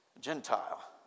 Gentile